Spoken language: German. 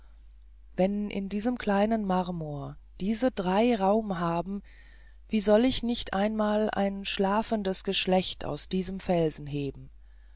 wenn in diesem kleinen marmor diese drei raum haben wie sollte ich nicht einmal ein schlafendes geschlecht aus einem felsen heben